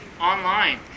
online